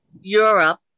Europe